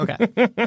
Okay